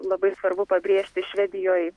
labai svarbu pabrėžti švedijoj